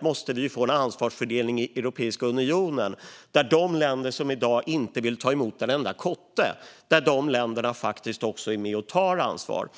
måste vi få en ansvarsfördelning i Europeiska unionen där de länder som i dag inte vill ta emot en enda kotte faktiskt också är med och tar ansvar.